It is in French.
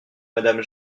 madame